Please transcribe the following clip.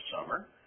summer